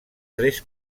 tres